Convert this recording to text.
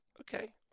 Okay